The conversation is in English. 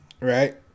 right